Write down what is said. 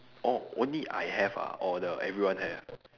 orh only I have ah or the everyone have